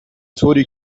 طوری